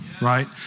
right